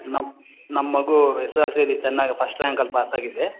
ನಮ್ಮ ನಮ್ಮ ಮಗು ಎಸ್ ಎಲ್ ಸಿಯಲ್ಲಿ ಚೆನ್ನಾಗಿ ಫಸ್ಟ್ ರಾಂಕಲ್ಲಿ ಪಾಸ್ ಆಗಿದೆ